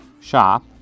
shop